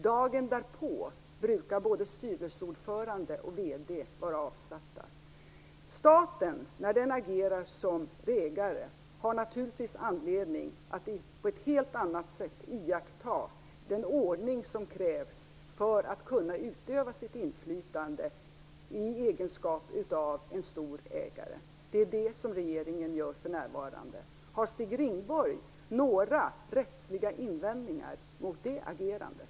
Dagen därpå brukar både styrelseordförande och vd vara avsatta. När staten agerar som ägare har den naturligtvis anledning att på ett helt annat sätt iaktta den ordning som krävs för att kunna utöva sitt inflytande i egenskap av en stor ägare. Det är vad regeringen gör för närvarande. Har Stig Rindborg några rättsliga invändningar mot det agerandet?